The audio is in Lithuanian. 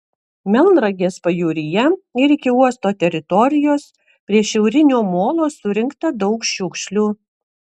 melnragės pajūryje ir iki uosto teritorijos prie šiaurinio molo surinkta daug šiukšlių